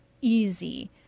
easy